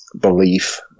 belief